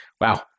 wow